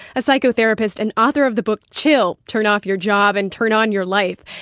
ah psychotherapist and author of the book chill turn off your job and turn on your life.